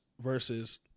versus